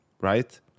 right